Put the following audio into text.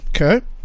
Okay